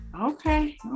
Okay